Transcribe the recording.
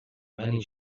many